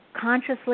consciously